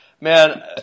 Man